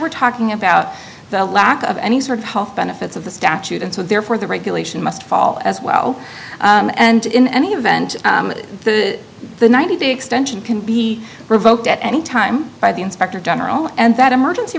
we're talking about the lack of any sort of health benefits of the statute and so therefore the regulation must fall as well and in any event the ninety day extension can be revoked at any time by the inspector general and that emergency